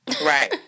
Right